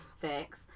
Facts